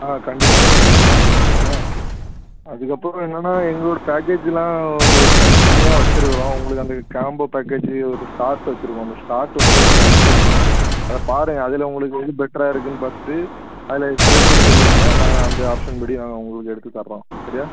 ஆ கண்டிப்பாக மேடம் கண்டிப்பாக நான் செண்ட் பண்ணுறேன் அதுக்கப்புறம் என்னென்னால் எங்களோடய பேக்கேஜெல்லாம் ஒரு தனித்தனியாக வச்சுருக்குறோம் உங்களுக்கு அந்த காம்போ பேக்கேஜி ஒரு ஸ்லாட் வச்சுருக்கோம் அந்த ஸ்லாட்டு வந்து உங்களுக்கு அனுப்பிச்சு விட்றேன் அதை பாருங்க அதில் உங்களுக்கு எது பெட்ராக இருக்கும்னு பார்த்துட்டு அதில் செலக்ட் பண்ணி சொல்லுங்கள் நான் அந்த ஆப்ஷன் படி நாங்கள் உங்களுக்கு எடுத்துதர்றோம் சரியா